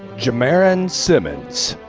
jamaren simmons.